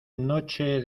noche